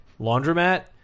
laundromat